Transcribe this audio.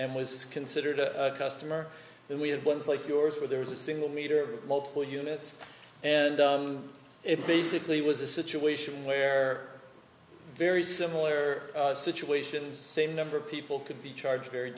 and was considered a customer and we had ones like yours where there was a single meter multiple units and it basically was a situation where very similar situations same number of people could be charged very